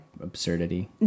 absurdity